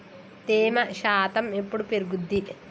తేమ శాతం ఎప్పుడు పెరుగుద్ది?